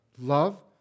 love